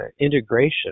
integration